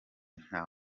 nta